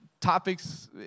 topics